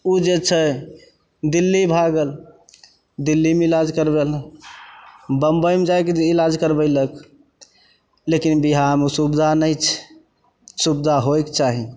ओ जे छै दिल्ली भागल दिल्लीमे इलाज करबै लए बम्बइ मे जाइके भी इलाज करबैलक लेकिन बिहारमे ओ सुबिधा नहि छै सुबिधा होइके चाही